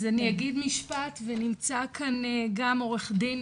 אני אגיד משפט ונמצא כאן גם עורך דין,